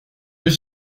vais